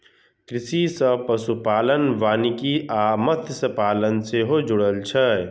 कृषि सं पशुपालन, वानिकी आ मत्स्यपालन सेहो जुड़ल छै